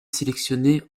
sélectionné